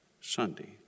Sunday